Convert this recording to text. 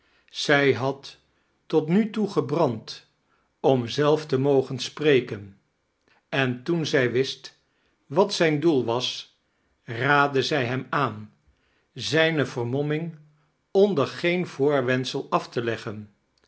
zij had tot hu toe gebrand om zelve te mogen spreien en toeh zij wist wat zijn doel was raadde zij hem aan zijne vermomming onder geen voorwendsel af te leggen